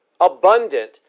abundant